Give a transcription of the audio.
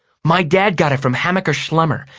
my dad got it from hammacher schlemmer.